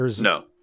No